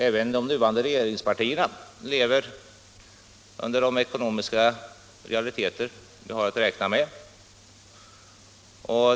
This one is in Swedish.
Även de nuvarande regeringspartierna lever i de ekonomiska realiteter vi har att räkna med.